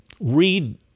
Read